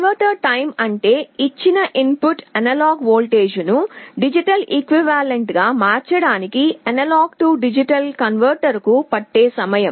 conversion time అంటే ఇచ్చిన input analogue వోల్టేజ్ను డిజిటల్ ఈక్వివలెంట్ గా మార్చడానికి A D కన్వర్టర్కు పట్టే సమయం